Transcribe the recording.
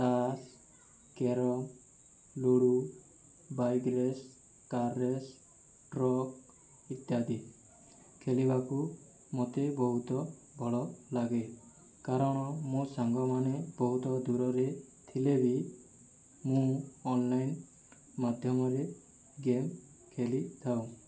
ତାସ carrom ludo bike race car race truck ଇତ୍ୟାଦି ଖେଳିବାକୁ ମୋତେ ବହୁତ ଭଲ ଲାଗେ କାରଣ ମୋ' ସାଙ୍ଗମାନେ ବହୁତ ଦୂରରେ ଥିଲେ ବି ମୁଁ ଅନ୍ଲାଇନ୍ ମାଧ୍ୟମରେ ଗେମ୍ ଖେଳିଥାଉ